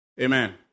Amen